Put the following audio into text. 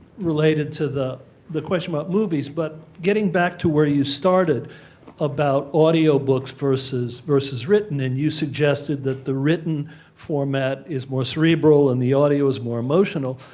related to the the question about movies but getting back to where you started about audio books versus versus written and you suggested that the written format is more cerebral and the audio's more emotional,